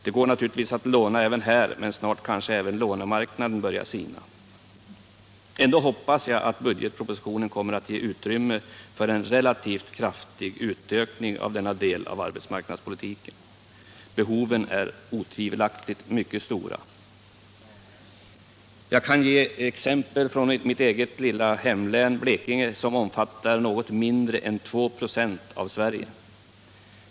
Det går naturligtvis att låna även här, men snart kanske också lånemarknaden börjar sina. Ändå hoppas jag att budgetpropositionen kommer att ge utrymme för en relativt kraftig utökning av denna del av arbetsmarknadspolitiken. Behoven är otvivelaktigt mycket stora. Jag kan ge exempel från mitt eget lilla hemlän, Blekinge, som omfattar något mindre än 2 96 av Sverige.